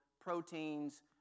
proteins